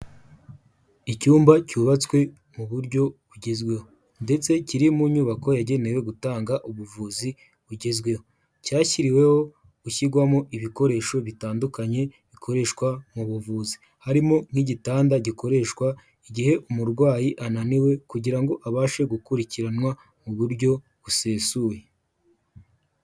Icyumba cyubatswe mu buryo bugezweho ndetse kiri mu nyubako yagenewe gutanga ubuvuzi bugezweho. Cyashyiriweho gushyirwamo ibikoresho bitandukanye bikoreshwa mu buvuzi, harimo nk'igitanda gikoreshwa igihe umurwayi ananiwe, kugira ngo abashe gukurikiranwa mu buryo busesuye.